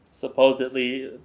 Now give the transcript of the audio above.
supposedly